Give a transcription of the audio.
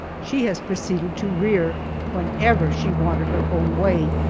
she has proceeded to rear whenever she wanted her own way.